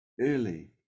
early